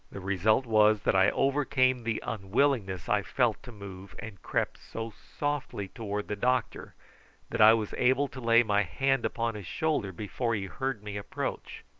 the result was that i overcame the unwillingness i felt to move, and crept so softly towards the doctor that i was able to lay my hand upon his shoulder before he heard me approach.